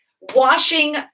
washing